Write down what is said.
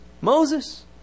Moses